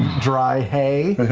dry hay.